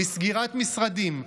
לסגירת משרדים,